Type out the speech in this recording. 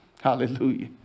Hallelujah